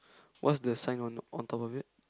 what's the sign on on top of it